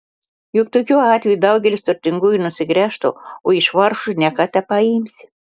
juk tokiu atveju daugelis turtingųjų nusigręžtų o iš vargšų ne ką tepaimsi